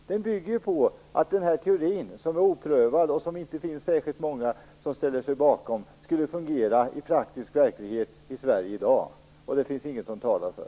De bygger på att den här teorin, som är oprövad och som det inte finns särskilt många som ställer sig bakom, skulle fungera i praktisk verklighet i Sverige i dag. Det finns det inget som talar för.